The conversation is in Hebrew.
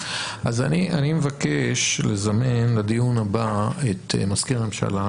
אז אני מבקש לזמן לדיון הבא את מזכיר הממשלה,